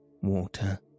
water